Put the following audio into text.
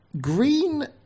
green